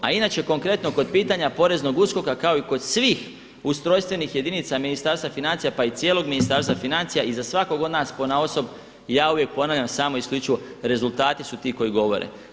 A inače konkretno kod pitanja Poreznog USKOK-a kao i kod svih ustrojstvenih jedinica Ministarstva financija, pa i cijelog Ministarstva financija i za svakog od nas ponaosob ja uvijek ponavljam samo i isključivo rezultati su ti koji govore.